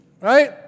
right